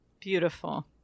Beautiful